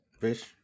Fish